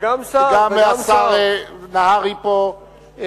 גם השר נהרי פה,